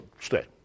stay